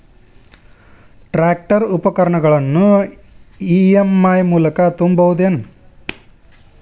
Tractor ಉಪಕರಣಗಳನ್ನು EMI ಮೂಲಕ ತುಂಬಬಹುದ ಏನ್?